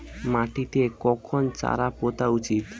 মাটিতে কখন চারা পোতা উচিৎ?